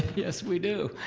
yes we do.